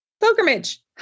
Pilgrimage